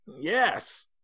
Yes